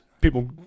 people